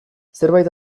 zerbait